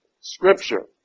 scripture